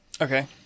Okay